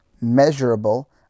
measurable